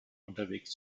unterwegs